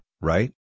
right